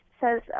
says